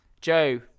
Joe